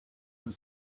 for